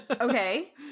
Okay